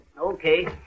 Okay